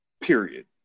period